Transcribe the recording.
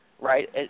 right